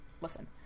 listen